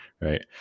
Right